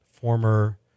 former